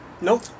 Nope